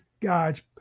God's